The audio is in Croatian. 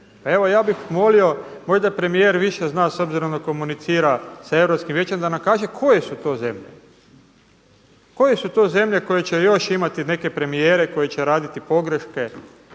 Pa evo, ja bih molio možda premijer više zna s obzirom da komunicira s Europskim vijećem da nam kaže koje su to zemlje, koje su to zemlje koje će još imati neke premijere koji će raditi pogreške